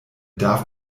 darf